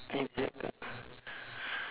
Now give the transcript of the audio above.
I play a card